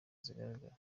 zigaragara